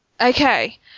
Okay